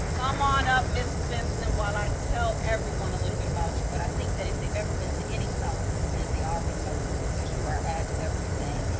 um on up, ms. benson, while i tell everyone a little bit about you, but i think if they've ever been to any southfield event, they already know you because you are at everything.